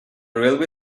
railway